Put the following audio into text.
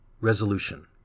Resolution